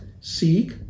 seek